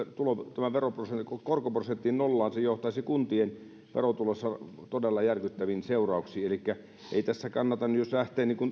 tämän korkoprosentin nollaan se johtaisi kuntien verotulossa todella järkyttäviin seurauksiin elikkä ei se tässä kannata nyt jos lähtee